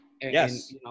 Yes